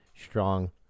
strong